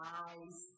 eyes